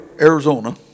Arizona